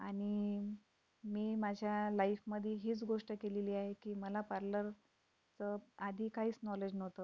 आणि मी माझ्या लाईफमध्ये हीच गोष्ट केलेली आहे की मला पार्लरचं आधी काहीच नॉलेज नव्हतं पण